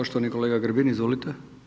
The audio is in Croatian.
Poštovani kolega Grbin, izvolite.